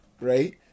Right